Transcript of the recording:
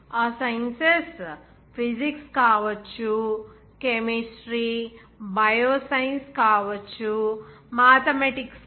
ఆ sciences physics కావచ్చు chemistry bioscience కావచ్చు మాథెమాటిక్స్ కూడా కావచ్చు